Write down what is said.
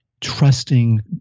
trusting